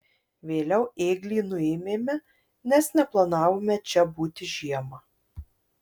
vėliau ėglį nuėmėme nes neplanavome čia būti žiemą